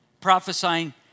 prophesying